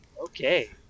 Okay